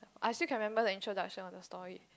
I still can remember the introduction of the story